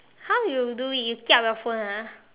how you do it you kiap your phone ah